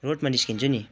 रोडमा निस्किन्छु नि